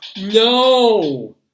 No